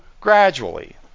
gradually